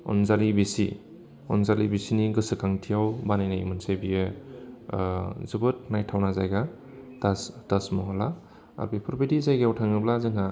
अनजालि बिसि अनजालि बिसिनि गोसोखांथियाव बानायनाय मोनसे बियो जोबोद नायथावना जायगा थाज महला आर बेफोरबायदि जायगायाव थाङोब्ला जोंहा